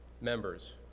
members